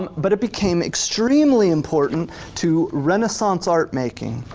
but it became extremely important to renaissance art-making